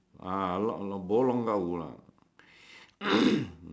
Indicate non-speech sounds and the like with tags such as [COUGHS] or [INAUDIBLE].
ah bo hokkien ah [COUGHS]